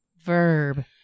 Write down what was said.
Verb